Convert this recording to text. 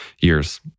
years